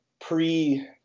pre